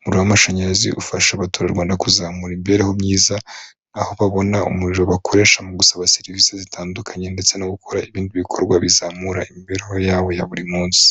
Umuriro w'amashanyarazi ufasha abaturarwanda kuzamura imibereho myiza, aho babona umuriro bakoresha mu gusaba serivisi zitandukanye, ndetse no gukora ibindi bikorwa bizamura imibereho yabo ya buri munsi.